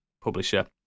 publisher